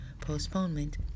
postponement